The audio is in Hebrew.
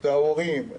את ההורים,